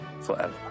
forever